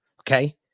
Okay